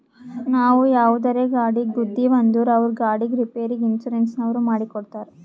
ನಾವು ಯಾವುದರೇ ಗಾಡಿಗ್ ಗುದ್ದಿವ್ ಅಂದುರ್ ಅವ್ರ ಗಾಡಿದ್ ರಿಪೇರಿಗ್ ಇನ್ಸೂರೆನ್ಸನವ್ರು ಮಾಡಿ ಕೊಡ್ತಾರ್